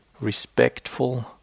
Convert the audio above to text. respectful